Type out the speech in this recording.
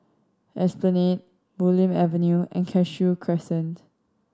Esplanade Bulim Avenue and Cashew Crescent